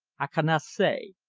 i canna say.